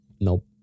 nope